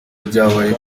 byabaye